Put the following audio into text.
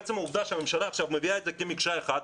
עצם העובדה שהממשלה עכשיו מביאה את זה כמקשה אחת,